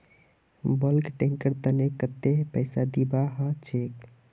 bulk tanker तने कत्ते पैसा दीबा ह छेक